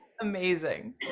Amazing